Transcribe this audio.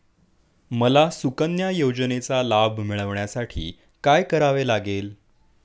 मला सुकन्या योजनेचा लाभ मिळवण्यासाठी काय करावे लागेल?